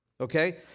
okay